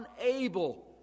unable